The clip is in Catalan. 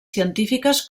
científiques